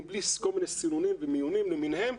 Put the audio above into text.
בלי כל מיני סינונים ומיונים למיניהם,